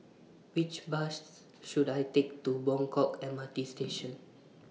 Which Bus should I Take to Buangkok M R T Station